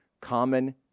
common